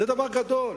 זה דבר גדול.